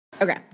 okay